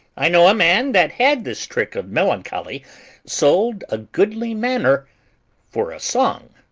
i know a man that had this trick of melancholy sold a goodly manor for a song.